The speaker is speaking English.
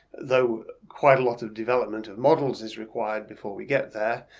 though quite a lot of development of models is required before we get there.